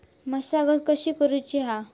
मशागत कशी करूची हा?